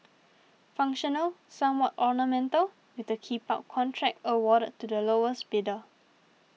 functional somewhat ornamental with the keep up contract awarded to the lowest bidder